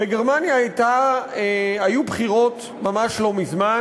בגרמניה היו בחירות ממש לא מזמן.